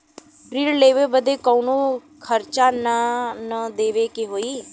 ऋण लेवे बदे कउनो खर्चा ना न देवे के होई?